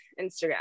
instagram